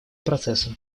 процессом